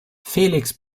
felix